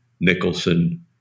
Nicholson